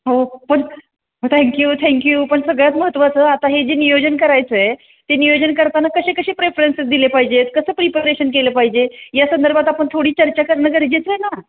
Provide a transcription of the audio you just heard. हो पण thank you thank you पण सगळ्यात महत्वाचं आता हे जे नियोजन करायचं आहे ते नियोजन करताना कसे कसे प्रेफरन्सेस दिले पाहिजेत कसं प्रिपरेशन केलं पाहिजे या संदर्भात आपण थोडी चर्चा करणं गरजेचं आहे ना